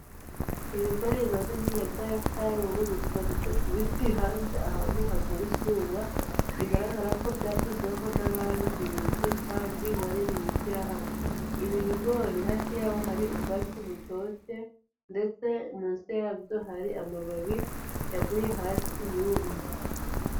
Ibigori bimaze igihe byarasaruwe bipfunditse ku biti hanze ahantu hagera izuba, bigaragarako byashyizweho n'ababihinze kandi bari mu ishyirahamwe. Ibi bigori hafi y'aho hari ubwatsi butoshye, ndetse munsi yabyo hari amababi yaguye hasi yumye.